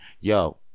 Yo